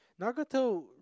Nagato